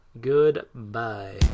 goodbye